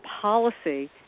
policy